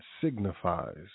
signifies